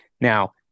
Now